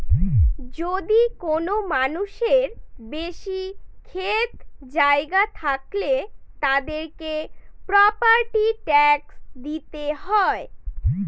যদি কোনো মানুষের বেশি ক্ষেত জায়গা থাকলে, তাদেরকে প্রপার্টি ট্যাক্স দিতে হয়